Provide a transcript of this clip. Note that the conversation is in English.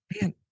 man